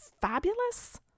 fabulous